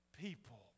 people